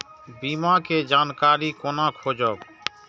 बीमा के जानकारी कोना खोजब?